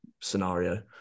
scenario